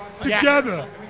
Together